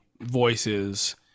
voices